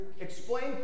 explain